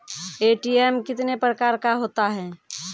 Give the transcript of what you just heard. ATM कितने प्रकार का होता हैं?